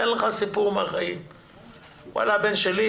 הבן שלי,